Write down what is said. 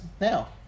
now